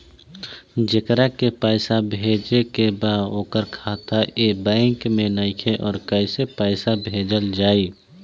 जेकरा के पैसा भेजे के बा ओकर खाता ए बैंक मे नईखे और कैसे पैसा भेजल जायी?